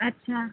আচ্ছা